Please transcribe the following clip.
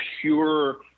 pure